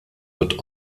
wird